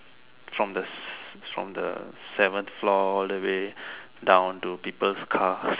from the from the seventh floor all the way down to people's cars